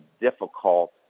difficult